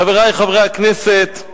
חברי חברי הכנסת,